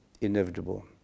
inevitable